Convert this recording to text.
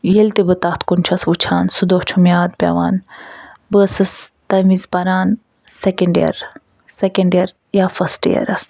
ییٚلہِ تہِ بہٕ تَتھ کُن چھَس وُچھان سُہ دۄہ چھُم یاد پیٚوان بہٕ ٲسٕس تَمہِ وِزِ پران سیٚکَنٛڈ ییَر سیٚکَنٛڈ ییَر یا فٔرسٹہٕ ییرَس